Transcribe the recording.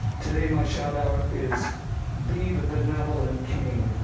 today my shout out is be the benevolent king.